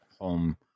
home